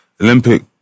Olympic